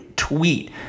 tweet